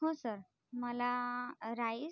हो सर मला राईस